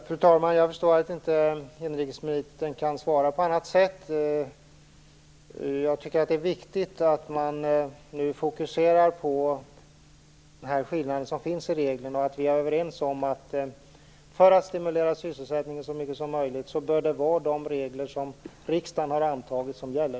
Fru talman! Jag förstår att inrikesministern inte kan svara på annat sätt. Jag tycker att det är viktigt att man nu fokuserar på den skillnad som finns i reglerna och att vi är överens om att det, för att stimulera sysselsättningen så mycket som möjligt, bör vara de regler som riksdagen har antagit som gäller.